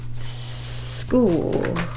school